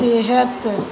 सिहत